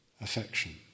affection